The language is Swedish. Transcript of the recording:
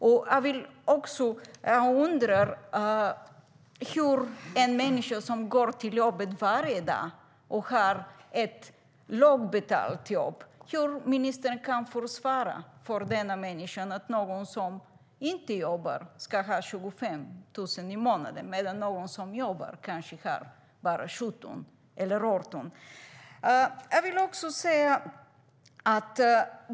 Jag undrar också hur ministern inför en människa som går till jobbet varje dag och har ett lågbetalt jobb kan försvara att någon som inte jobbar ska ha 25 000 i månaden medan någon som jobbar kanske har bara 17 000 eller 18 000.